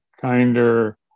kinder